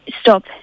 stop